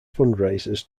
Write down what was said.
fundraisers